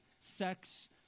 sex